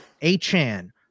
A-Chan